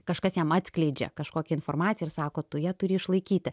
kažkas jam atskleidžia kažkokią informaciją ir sako tu ją turi išlaikyti